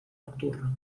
nocturno